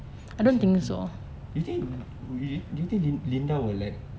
ada satu you think you think linda will let